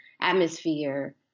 atmosphere